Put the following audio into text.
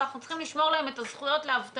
ואנחנו צריכים לשמור להם את הזכויות לאבטלה